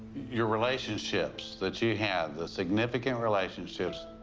your relationships that you have, the significant relationships,